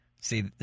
See